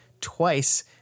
twice